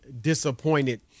disappointed